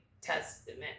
testament